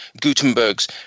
Gutenberg's